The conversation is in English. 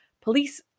police